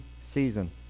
season